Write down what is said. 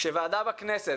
כאשר ועדה בכנסת,